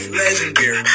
legendary